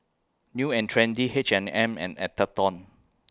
New and Trendy H and M and Atherton